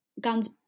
guns